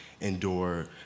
endure